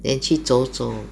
then 去走走